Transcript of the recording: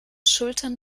schultern